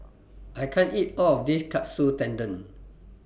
I can't eat All of This Katsu Tendon